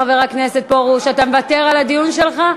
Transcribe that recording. חבר הכנסת פרוש, אתה מוותר על זכות הדיבור שלך?